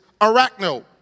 arachno